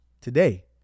today